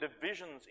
divisions